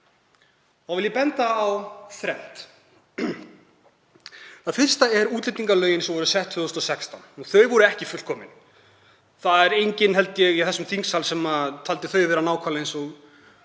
þá vil ég benda á þrennt. Það fyrsta er að útlendingalögin sem voru sett 2016 voru ekki fullkomin. Það er enginn, held ég, í þessum þingsal sem telur þau vera nákvæmlega eftir